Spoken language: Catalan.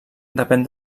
depèn